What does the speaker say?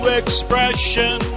expression